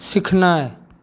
सिखनाय